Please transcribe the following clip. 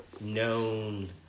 known